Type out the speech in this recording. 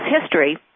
history